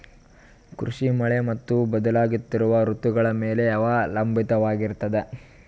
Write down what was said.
ಕೃಷಿ ಮಳೆ ಮತ್ತು ಬದಲಾಗುತ್ತಿರುವ ಋತುಗಳ ಮೇಲೆ ಅವಲಂಬಿತವಾಗಿರತದ